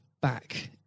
back